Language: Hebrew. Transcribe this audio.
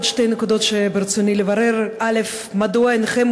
עוד שתי נקודות שברצוני לברר: מדוע אינכם